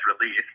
relief